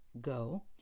go